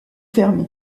fermé